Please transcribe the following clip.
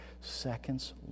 seconds